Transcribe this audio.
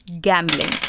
Gambling